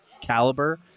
caliber